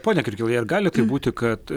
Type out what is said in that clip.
pone kirkilai ar gali būti kad